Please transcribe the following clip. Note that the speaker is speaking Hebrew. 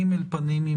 --- אם